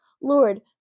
Lord